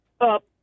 up